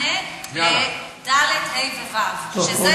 ולכן הבעיה הרבה יותר חמורה,